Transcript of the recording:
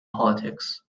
politics